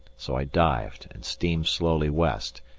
so i dived and steamed slowly west,